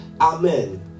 amen